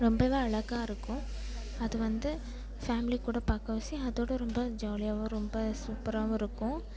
ரொம்பவே அழகா இருக்கும் அது வந்து ஃபேம்லிக்கூட பாக்கிறவாசி அதோடய ரொம்ப ஜாலியாகவும் ரொம்ப சூப்பராகவும் இருக்கும்